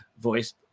voice